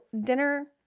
dinner